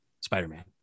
spider-man